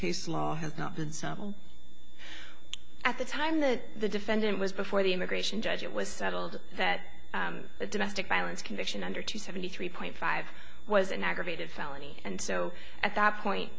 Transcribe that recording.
case law has not been sampled at the time that the defendant was before the immigration judge it was settled that a domestic violence conviction under two seventy three point five was an aggravated felony and so at that point